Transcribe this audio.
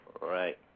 Right